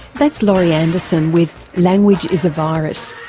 that's laurie anderson with language is a virus.